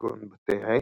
כגון בתי עץ,